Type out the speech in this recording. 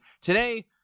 today